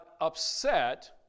upset